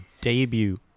debut